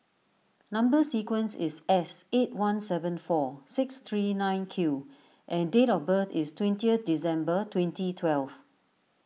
Number Sequence is S eight one seven four six three nine Q and date of birth is twenty December twenty twelve